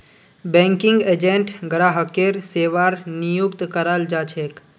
banking agent ग्राहकेर सेवार नियुक्त कराल जा छेक